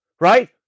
right